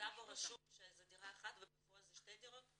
בטאבו רשום שזו דירה אחת ובפועל זה שתי דירות?